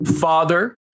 father